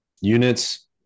Units